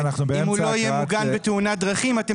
אם הוא לא יהיה מוגן מתאונת דרכים אתם